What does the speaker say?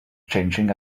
changing